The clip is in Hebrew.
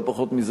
לא פחות מזה,